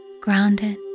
grounded